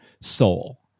soul